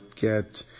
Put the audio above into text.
get